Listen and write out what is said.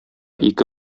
ике